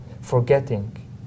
forgetting